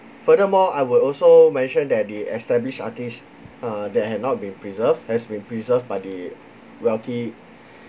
furthermore I would also mention that the established artists uh that had not been preserved has been preserved by the wealthy